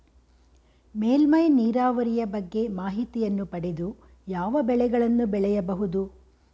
ಮೇಲ್ಮೈ ನೀರಾವರಿಯ ಬಗ್ಗೆ ಮಾಹಿತಿಯನ್ನು ಪಡೆದು ಯಾವ ಬೆಳೆಗಳನ್ನು ಬೆಳೆಯಬಹುದು?